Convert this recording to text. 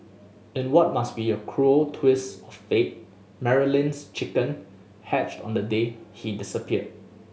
in what must be a cruel twist of fate Marilyn's chick hatched on the day he disappeared